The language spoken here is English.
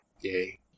Yay